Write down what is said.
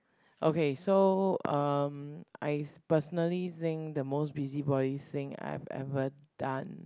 okay so um I personally think the most busybody thing I've ever done